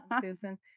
Susan